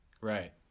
Right